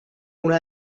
una